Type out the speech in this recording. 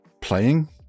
playing